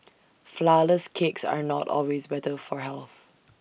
Flourless Cakes are not always better for health